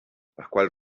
pascual